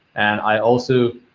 and i also,